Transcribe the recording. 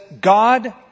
God